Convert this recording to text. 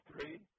three